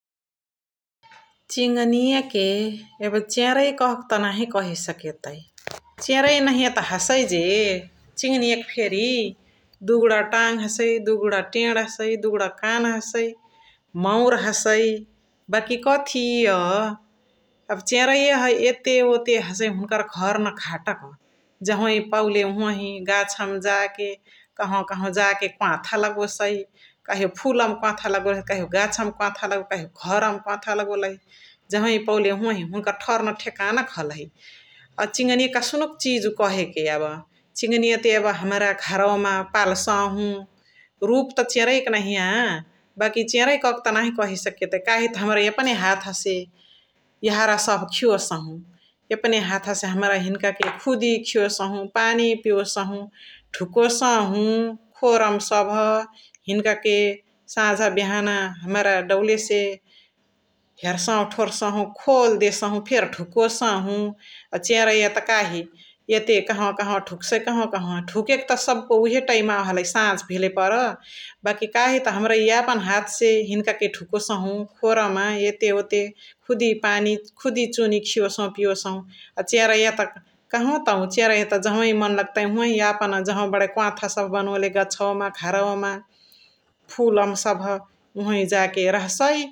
चिङनी के यब चेरै कहाँ क त नाही कहे सके तै । चेरै नाही त हसै जे चिङनी फेरी दुगुडा तङ हसै, दुगुडा टेड हसै, दुगुडा कान हसै माउर हसै, बकी काठएए एय यब चेरै एते ओते हसै घर न घाट क । जहाँवही पौले ओहोवही गाछ मा जा के कहवा कहवा जा क कोवाथा लगोसै । कहियो फुला मा कोवाथा लगोलहि, कहियो गाछ मा कोवाथा लगोलहि, कहियो घर मा कोवाथा लगोलही जहाँवही पौले ओहोवही हुनुका ठर्न ठेकान क हलही । चिङनी कसनक चिजु कहेके यब हमरा त घरौमा पल्सहु रुप त चेरै कि नहिया बकी चेरै कह क नाही कहे सके तै । काही त हमरा यपने हाथ से यहरा सभ खियोसहु, यपने हाथ से हमरा हिन्का के खुदी खियोसहु, पानी पियोसहु, ढुकोसहु खोरमा सभ हुन्का के साझा बिहना हमरा दौलसे हेर्सहु ठोर्सहु, खोल्देसहु फेरी धुकोसहु । चेरै त कही एते कहवा कहवा ढुक्सै कहाँव ढुका के त सब्को उहे समय हलाई सझ भेले पर बकी काहित हमरा यापन हाथ से हिनिका क ढुकोसहु खोरमा एते वोते खुदी पानी खुदी चुनि खियोसहु पियोसहु । आ चेरैया त कहाँवा तौ चेरैया जहवही मान लग्तै वोहोवही यापना जहाँव बडै कोवाथा सभ बनोले गछौ मा घरौवा मा फुलामा सभ वोही जा के रह्सै आ के त हमरा यापन हाथ से खुदी चुनि खिया के पिया के सझ हुन्कर ढुका के समय हतै हसे खोरौ मा जा के ढुकोसहु ।